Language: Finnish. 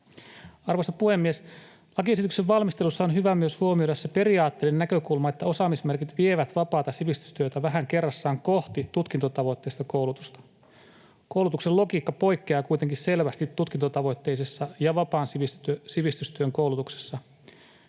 Arvoisa puhemies! Lakiesityksen valmistelussa on hyvä huomioida myös se periaatteellinen näkökulma, että osaamismerkit vievät vapaata sivistystyötä vähän kerrassaan kohti tutkintotavoitteista koulutusta. Koulutuksen logiikka tutkintotavoitteisessa ja vapaan sivistystyön koulutuksessa